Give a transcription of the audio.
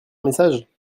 message